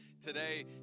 today